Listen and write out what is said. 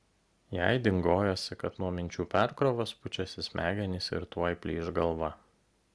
jai dingojosi kad nuo minčių perkrovos pučiasi smegenys ir tuoj plyš galva